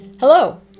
Hello